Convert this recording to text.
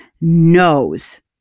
knows